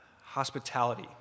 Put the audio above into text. hospitality